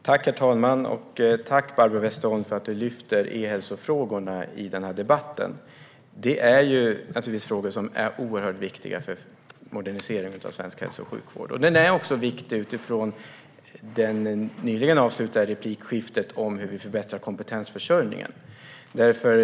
Herr talman! Tack, Barbro Westerholm, för att du lyfter e-hälsofrågorna i den här debatten. Det är frågor som är oerhört viktiga för moderniseringen av svensk hälso och sjukvård. De är också viktiga mot bakgrund av det nyligen avslutade replikskiftet om hur vi förbättrar kompetensförsörjningen.